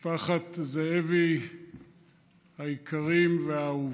בני משפחת זאבי היקרים והאהובים,